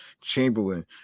Chamberlain